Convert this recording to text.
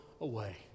away